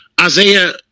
Isaiah